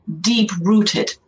deep-rooted